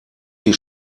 die